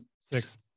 six